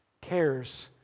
cares